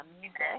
music